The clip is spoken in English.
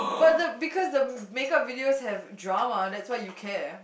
but the because the makeup videos have drama that's why you care